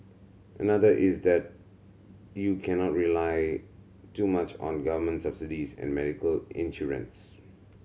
another is that you cannot rely too much on government subsidies and medical insurance